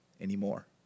anymore